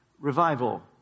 Revival